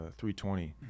3.20